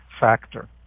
factor